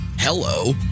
Hello